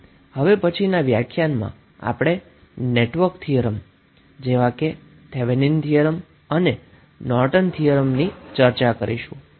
હવે પછીના લેક્ચરમાં આપણે નેટવર્ક થીયરમ જેવા કે થેવેનીન થીયરમ Thevenin's theorem અને નોર્ટન થીયરમ Norton's theorem થી શરુ કરીશું